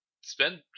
spend